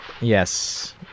yes